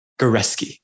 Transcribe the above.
Goreski